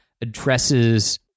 addresses